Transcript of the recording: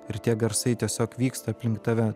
ir tie garsai tiesiog vyksta aplink tave